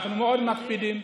אנחנו מאוד מקפידים.